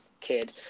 kid